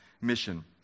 mission